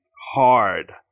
hard